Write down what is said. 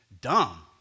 dumb